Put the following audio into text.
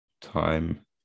time